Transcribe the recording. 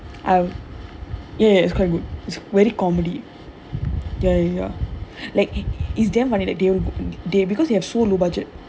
I ya ya it's quite good it's very comedy ya ya ya like it's damn funny that they they because their show no budget